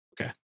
okay